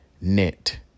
knit